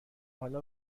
حالا